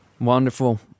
Wonderful